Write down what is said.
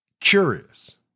curious